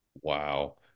Wow